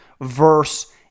Verse